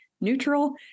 neutral